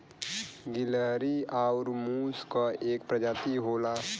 गिलहरी आउर मुस क एक परजाती होला